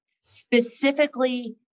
specifically